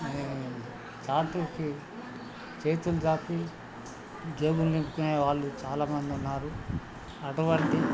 నేను చాటుకి చేతులు చాపి జేబులు నింపుకునే వాళ్ళు చాలామంది ఉన్నారు అటువంటి